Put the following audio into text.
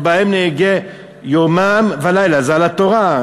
"ובהם נהגה יומם ולילה" זה על התורה,